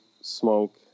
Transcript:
smoke